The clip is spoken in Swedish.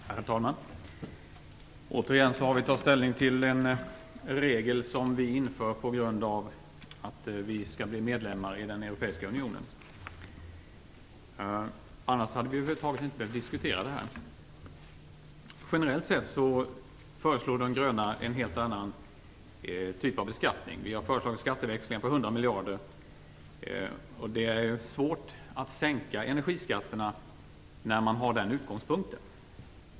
Herr talman! Återigen har vi att ta ställning till en regel som införs på grund av att vi skall bli medlemmar i den europeiska unionen. Annars hade vi över huvud taget inte behövt diskutera detta. Generellt sett föreslår de gröna en helt annan typ av beskattning, nämligen skatteväxlingar på 100 miljarder. Med den utgångspunkten är det svårt att sänka energiskatterna.